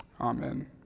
Amen